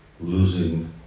losing